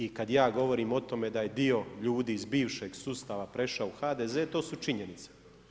I kada ja govorim o tome da je dio ljudi iz bivšeg sustava prešao u HDZ to su činjenice.